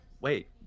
wait